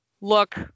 look